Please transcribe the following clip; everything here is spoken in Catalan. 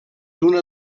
una